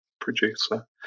producer